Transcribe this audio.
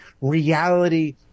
reality